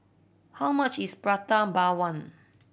how much is Prata Bawang